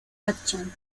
action